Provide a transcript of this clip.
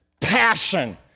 passion